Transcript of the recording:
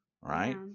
Right